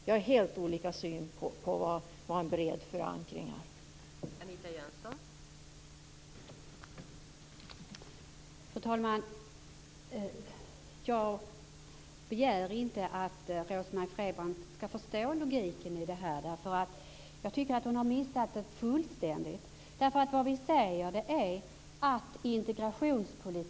Vi har helt olika syn på vad bred förankring är för något.